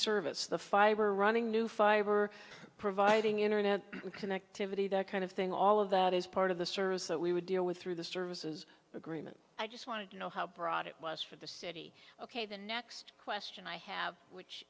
service the fiber running new fiber providing internet connectivity that kind of thing all of that is part of the service that we would deal with through the services agreement i just wanted to know how broad it was for the city ok the next question i have which